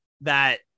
that-